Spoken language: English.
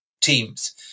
teams